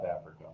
Africa